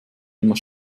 immer